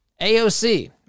AOC